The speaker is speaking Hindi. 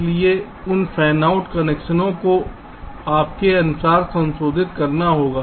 इसलिए उन फैनआउट कनेक्शनों को आपके अनुसार संशोधित करना होगा